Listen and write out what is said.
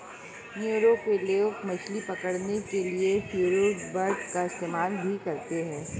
Nauru के लोग मछली पकड़ने के लिए फ्रिगेटबर्ड का इस्तेमाल भी करते हैं